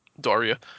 Daria